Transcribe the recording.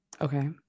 Okay